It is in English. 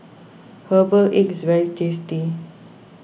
Herbal Egg is very tasty